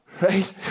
right